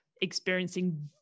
experiencing